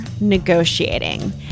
negotiating